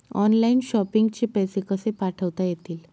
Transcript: Online shopping चे पैसे कसे पाठवता येतील?